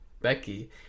Becky